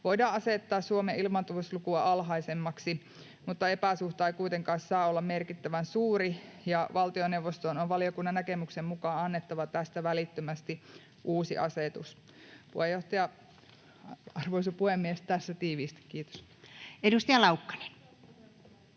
voidaan asettaa Suomen ilmaantuvuuslukua alhaisemmaksi, mutta epäsuhta ei kuitenkaan saa olla merkittävän suuri. Valtioneuvoston on valiokunnan näkemyksen mukaan annettava tästä välittömästi uusi asetus. — Arvoisa puhemies! Tässä tiiviisti. Kiitos. [Speech 5] Speaker: